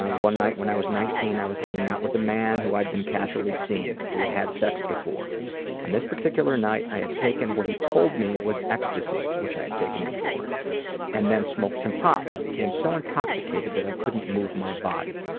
one night when i was nineteen, i was hanging out with man who i had been casually seeing. we had had sex before and this particular night i had taken what he told me was ecstasy which i had taken before and then smoked some pot. i became so intoxicated that i couldn't move my body.